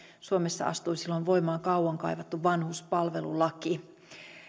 suomessa astui silloin voimaan kauan kaivattu vanhuspalvelulaki